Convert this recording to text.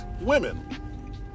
women